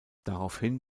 daraufhin